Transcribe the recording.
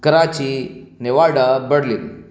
Karachi Nawada Berlin